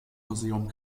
museum